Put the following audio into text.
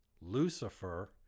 Lucifer